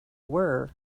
were